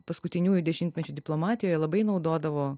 paskutiniųjų dešimtmečių diplomatijoje labai naudodavo